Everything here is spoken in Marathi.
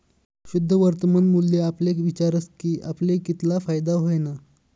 शुद्ध वर्तमान मूल्य आपले विचारस की आपले कितला फायदा व्हयना